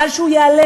קל שהוא ייעלם.